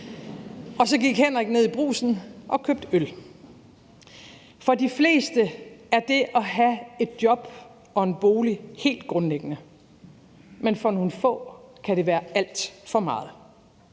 Så gik Henrik ned i brugsen og købte øl. For de fleste er det at have et job og en bolig noget helt grundlæggende, men for nogle få kan det være alt for meget.